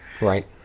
Right